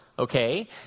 Okay